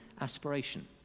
aspiration